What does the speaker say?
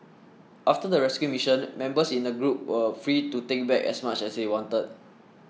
after the rescue mission members in the group were free to take back as much as they wanted